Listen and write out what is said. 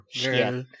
girl